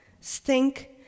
stink